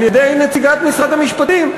על-ידי נציגת משרד המשפטים.